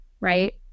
right